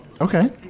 Okay